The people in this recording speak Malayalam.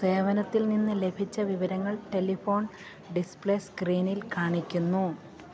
സേവനത്തിൽ നിന്ന് ലഭിച്ച വിവരങ്ങൾ ടെലിഫോൺ ഡിസ്പ്ലേ സ്ക്രീനിൽ കാണിക്കുന്നു